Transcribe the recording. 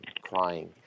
crying